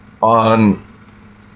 on